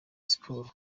sports